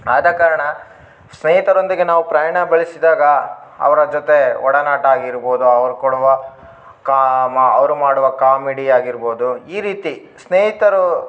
ಆದ ಕಾರಣ ಸ್ನೇಹಿತರೊಂದಿಗೆ ನಾವು ಪ್ರಯಾಣ ಬೆಳೆಸಿದಾಗ ಅವರ ಜೊತೆ ಒಡನಾಟ ಆಗಿರ್ಬೋದು ಅವ್ರು ಕೊಡುವ ಕಾಮ ಅವ್ರು ಮಾಡುವ ಕಾಮಿಡಿಯಾಗಿರ್ಬೋದು ಈ ರೀತಿ ಸ್ನೇಹಿತರು